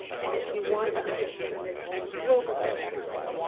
and if you want to understand this from a global perspective,